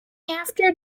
after